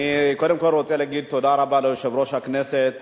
אני קודם כול רוצה להגיד תודה רבה ליושב-ראש הכנסת